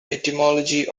etymology